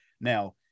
Now